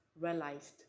realized